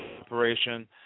operation